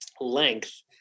length